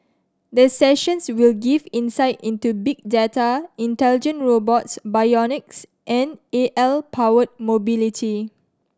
the sessions will give insight into big data intelligent robots bionics and A I powered mobility